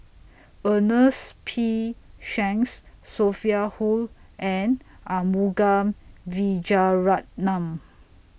Ernest P Shanks Sophia Hull and Arumugam Vijiaratnam